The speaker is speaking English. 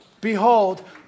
Behold